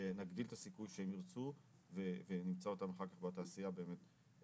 כך נגדיל את הסיכוי שהן ירצו ונמצא אותן אחר כך בתעשייה הזו באמת.